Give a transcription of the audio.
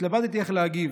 התלבטתי איך להגיב.